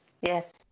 Yes